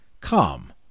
Come